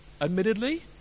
Admittedly